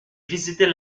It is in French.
visiter